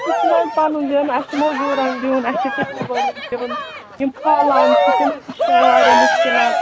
سُہ چھُ نہ حظ پَنُن زینن اَسہِ چھُ موٚزوٗرَن دیُن اَسہِ چھُ ٹِپَر وٲلِس دیُن تِم کھلان چھِ تِمن تہِ چھُ پیٚوان واریاہ مُشکِلات